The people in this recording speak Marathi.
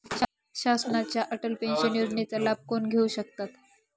शासनाच्या अटल पेन्शन योजनेचा लाभ कोण घेऊ शकतात?